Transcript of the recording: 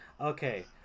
Okay